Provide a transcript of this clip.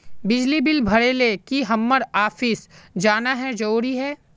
बिजली बिल भरे ले की हम्मर ऑफिस जाना है जरूरी है?